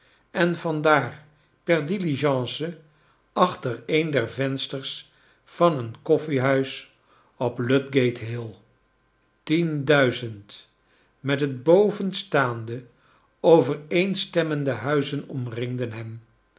en van daar per diligence achter een der vensters van een koffiehuis op ludgate hill tien duizend met het bovenstaande overeenstemmende huizen omringden hem